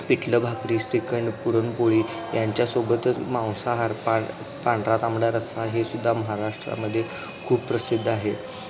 पिठलं भाकरी श्रीखंड पुरणपोळी यांच्यासोबतच मांसाहार पा पांढरा तांबडा रस्सा हे सुद्धा महाराष्ट्रामध्ये खूप प्रसिद्ध आहे